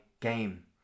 game